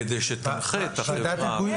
כדי שתנחה את החברה.